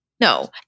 No